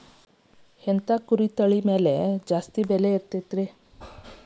ಯಾವ ಕುರಿ ತಳಿ ಬೆಲೆ ಜಾಸ್ತಿ ಇರತೈತ್ರಿ?